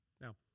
Now